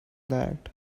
that